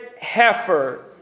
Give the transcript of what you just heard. heifer